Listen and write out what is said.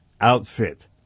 outfit